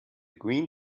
green